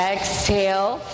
Exhale